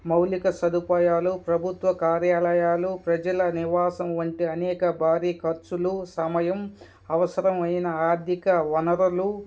మౌలిక సదుపాయాలు ప్రభుత్వ కార్యాలయాలు ప్రజల నివాసం వంటి అనేక భారీ ఖర్చులు సమయం అవసరమైన ఆర్థిక వనరులు